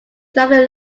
driving